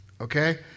okay